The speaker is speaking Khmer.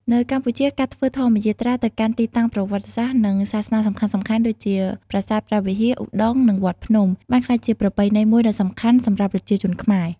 នៅកម្ពុជា ការធ្វើធម្មយាត្រាទៅកាន់ទីតាំងប្រវត្តិសាស្ត្រ និងសាសនាសំខាន់ៗដូចជា ប្រាសាទព្រះវិហារ ឧដុង្គ និងវត្តភ្នំ បានក្លាយជាប្រពៃណីមួយដ៏សំខាន់សម្រាប់ប្រជាជនខ្មែរ។